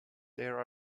there